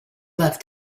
left